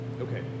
Okay